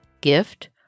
Gift